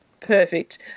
perfect